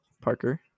Parker